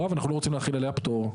ואנחנו לא רוצים להחיל עליה פטור.